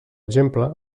exemple